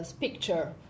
picture